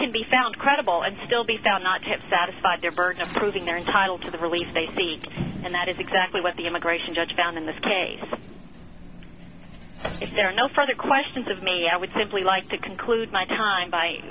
could be found credible and still be found not to have satisfied their burden of proving their entitle to the relief they seek and that is exactly what the immigration judge found in this case if there are no further questions of me i would simply like to conclude my time by